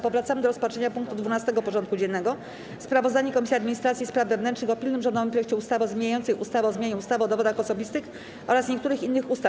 Powracamy do rozpatrzenia punktu 12. porządku dziennego: Sprawozdanie Komisji Administracji i Spraw Wewnętrznych o pilnym rządowym projekcie ustawy zmieniającej ustawę o zmianie ustawy o dowodach osobistych oraz niektórych innych ustaw.